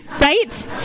right